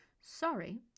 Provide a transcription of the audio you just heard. Sorry